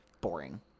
boring